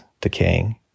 decaying